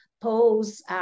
polls